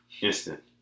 Instant